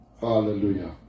Hallelujah